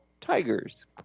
Tigers